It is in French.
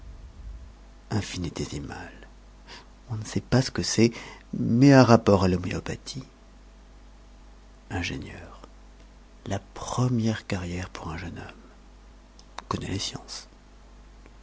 infinitésimal on ne sait pas ce que c'est mais a rapport à l'homéopathie ingénieur la première carrière pour un jeune homme connaît les sciences